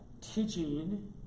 teaching